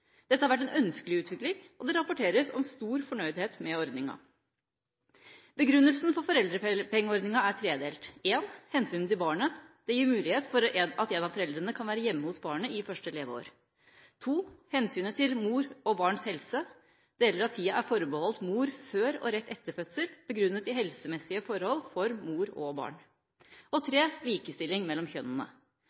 Dette har vært en ønskelig utvikling, og det rapporteres om stor fornøydhet med ordninga. Begrunnelsen for foreldrepengeordninga er tredelt: hensynet til barnet. Det gir mulighet for at en av foreldrene kan være hjemme hos barnet i første leveår; hensynet til mor og barns helse. Deler av tida er forbeholdt mor før og rett etter fødsel begrunnet i helsemessige forhold for mor og barn; likestilling mellom kjønnene.